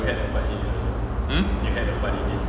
and like